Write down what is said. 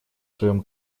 своем